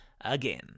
Again